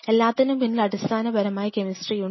എല്ലാത്തിനും പിന്നിൽ അടിസ്ഥാനപരമായ കെമിസ്ട്രിയുണ്ട്